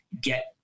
get